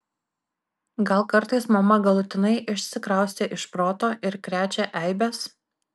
gal kartais mama galutinai išsikraustė iš proto ir krečia eibes